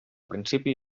principi